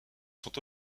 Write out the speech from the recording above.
sont